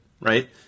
right